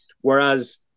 Whereas